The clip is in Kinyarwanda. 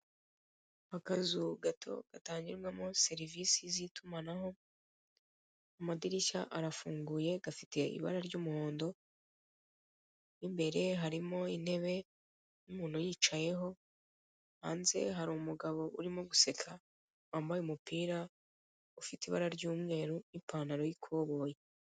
Akazu gato gatangirwamo serivise z'itumanaho amadirishya arafunguye gafite ibara ry'umuhondo, mu imbere harimo intebe n'umuntu uyicayeho, hanze hari umugabo urimo guseka wambaye umupira ufite ibara ry'umweru n'ipantaro y'ikoboyi